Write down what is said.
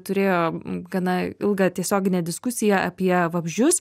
turėjo gana ilgą tiesioginę diskusiją apie vabzdžius